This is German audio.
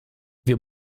wir